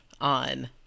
on